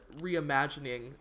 reimagining